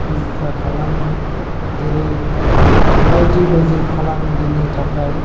रैखा खालामो जेरै बायदि बायदि फालांगिनि थाखाय